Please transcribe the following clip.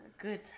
good